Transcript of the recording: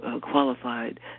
qualified